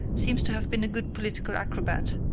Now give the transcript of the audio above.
seems to have been a good political acrobat,